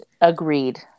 Agreed